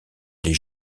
les